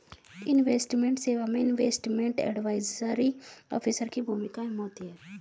investment सेवा में investment advisory officer की भूमिका अहम होती है